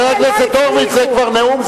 זה כבר נאום,